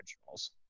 Originals